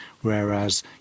whereas